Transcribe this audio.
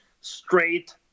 straight